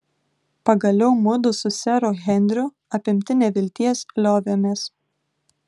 pagaliau mudu su seru henriu apimti nevilties liovėmės